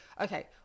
okay